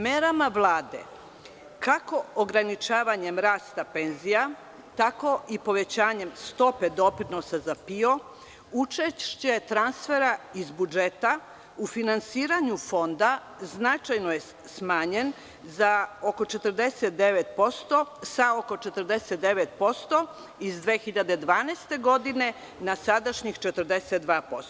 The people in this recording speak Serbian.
Merama Vlade, kako ograničavanjem rasta penzija, tako i povećanjem stope doprinosa za PIO, učešće transfera iz budžeta u finansiranju Fonda značajno je smanjen sa oko 49% iz 2012. godine na sadašnjih 42%